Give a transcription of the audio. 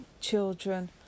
children